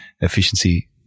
Efficiency